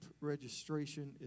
registration